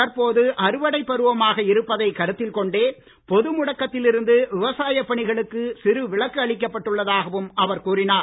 தற்போது அறுவடை பருவமாக இருப்பதைக் கருத்தில் கொண்டே பொது முடக்கத்தில் இருந்து விவசாயப் பணிகளுக்கு சிறு விலக்களிக்கப் பட்டுள்ளதாகவும் அவர் கூறினார்